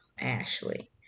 Ashley